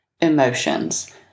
emotions